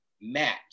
match